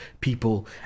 people